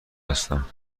هستم